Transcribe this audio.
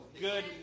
good